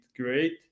great